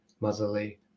motherly